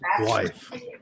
wife